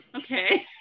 okay